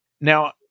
now